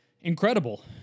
incredible